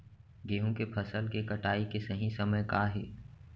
गेहूँ के फसल के कटाई के सही समय का हे?